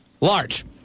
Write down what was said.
large